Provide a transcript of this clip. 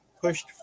pushed